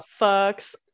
fucks